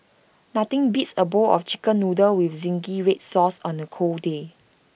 nothing beats A bowl of Chicken Noodles with Zingy Red Sauce on A cold day